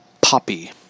Poppy